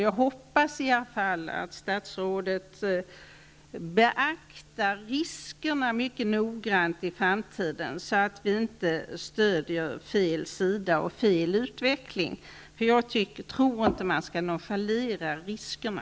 Jag hoppas i alla fall att statsrådet beaktar riskerna mycket noga i framtiden, så att vi inte stöder fel sida och fel utveckling. Jag tror inte att man skall nonchalera riskerna.